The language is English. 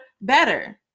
better